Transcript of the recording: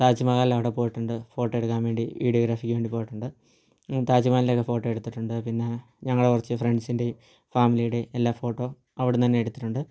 താജ്മഹൽ അവിടെ പോയിട്ടുണ്ട് ഫോട്ടോ എടുക്കാൻ വേണ്ടി വീഡിയോഗ്രഫിക്ക് വേണ്ടി പോയിട്ടുണ്ട് താജ് മഹലിൻ്റെ ഒക്കെ ഫോട്ടോ എടുത്തിട്ടുണ്ട് പിന്നെ ഞങ്ങൾ കുറച്ച് ഫ്രണ്ട്സിൻ്റെയും ഫാമിലിയുടെയും എല്ലാം ഫോട്ടോ അവിടെ നിന്ന് തന്നെ എടുത്തിട്ടുണ്ട്